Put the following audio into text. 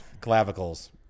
Clavicles